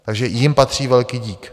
Takže jim patří velký dík.